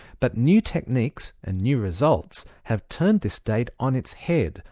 but new techniques and new results have turned this date on its head,